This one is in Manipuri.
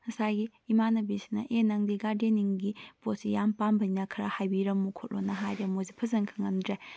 ꯉꯁꯥꯏꯒꯤ ꯏꯃꯥꯟꯅꯕꯤꯁꯤꯅ ꯑꯦ ꯅꯪꯗꯤ ꯒꯥꯔꯗꯦꯅꯤꯡꯒꯤ ꯄꯣꯠꯁꯤ ꯌꯥꯝ ꯄꯥꯝꯕꯅꯤꯅ ꯈꯔ ꯍꯥꯏꯕꯤꯔꯝꯃꯨ ꯈꯣꯠꯂꯣꯅ ꯍꯥꯏꯔꯦ ꯃꯣꯏꯁꯨ ꯐꯖꯅ ꯈꯪꯂꯝꯗ꯭ꯔꯦ